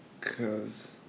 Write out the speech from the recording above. cause